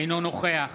אינו נוכח